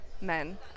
men